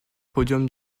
podiums